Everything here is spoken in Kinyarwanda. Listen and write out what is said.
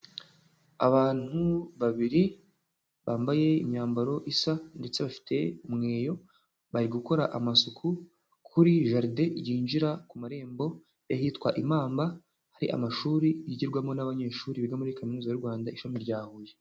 Abantu babiri bambaye imyambaro isa ndetse bafite umweyo bari gukora amasuku, kuri jardin yinjira ku marembo y'ahitwa i Mamba, hari amashuri yigirwamo n'abanyeshuri biga muri kaminuza y'u Rwanda, ishami rya Huye.